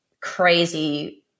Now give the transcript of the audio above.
crazy